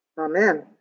Amen